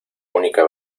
única